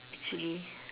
actually